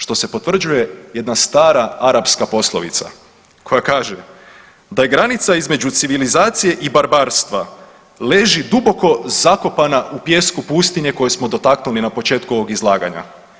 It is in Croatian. Što se potvrđuje jedna stara arapska poslovica koja kaže, da je granica između civilizacije i barbarstva leži duboko zakopana u pijesku pustinje koje smo dotaknuli na početku ovog izlaganja.